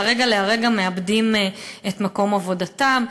מהרגע להרגע, הם מאבדים את מקום עבודתם.